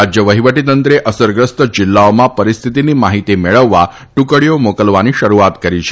રાજ્ય વહિવટીતંત્રે અસરગ્રસ્ત જિલ્લાઓમાં પરિસ્થિતિની માહિતી મેળવવા ટુકડીઓ મોકલવાની શરૂઆત કરી છે